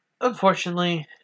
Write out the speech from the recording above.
Unfortunately